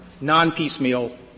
non-piecemeal